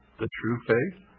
the true faith,